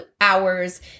hours